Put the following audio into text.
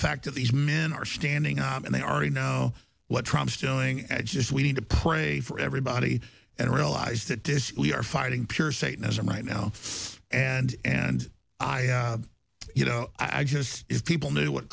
fact that these men are standing up and they already know what trumps doing and i just we need to pray for everybody and realize that display our fighting pure satanism right now and and i you know i just if people knew what